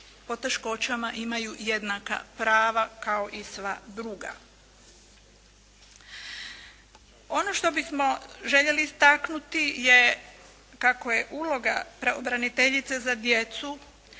poteškoćama imaju jednaka prava kao i sva druga. Ono što bismo željeli istaknuti je kako je uloga pravobraniteljice za djecu